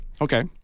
Okay